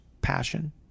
passion